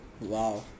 wow